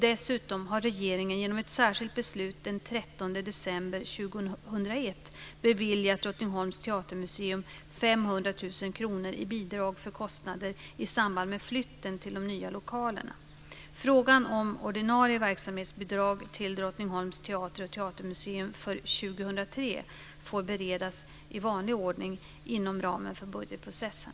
Dessutom har regeringen genom ett särskilt beslut den 13 Frågan om ordinarie verksamhetsbidrag till Drottningholms teater och teatermuseum för 2003 får beredas i vanlig ordning inom ramen för budgetprocessen.